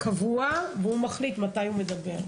קבוע, והוא מחליט מתי הוא מדבר.